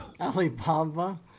Alibaba